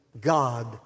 God